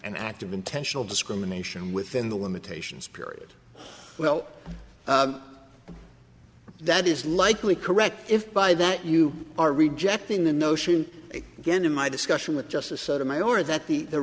an act of intentional discrimination within the limitations period well that is likely correct if by that you are rejecting the notion again in my discussion with justice sotomayor that the